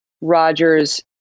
Rogers